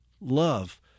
Love